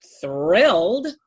thrilled